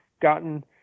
gotten